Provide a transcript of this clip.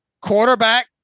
Quarterback